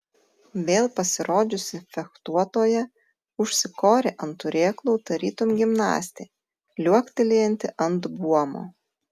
vėl pasirodžiusi fechtuotoja užsikorė ant turėklų tarytum gimnastė liuoktelėjanti ant buomo